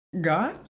God